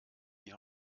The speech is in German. die